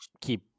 keep